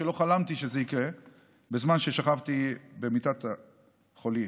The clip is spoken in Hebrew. ולא חלמתי שזה יקרה בזמן ששכבתי במיטת חוליי.